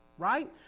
right